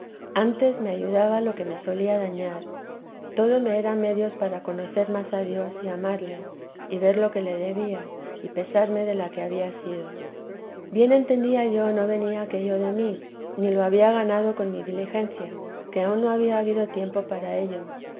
antes me ayudaba lo que me solía dañar todo me era medios para conocer más a dios y amarle y ver lo que le debía y pesarme de la que había sido bien entendía yo no venía aquello de mí ni lo había ganado con mi diligencia que aun no había habido tiempo para ello